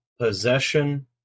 possession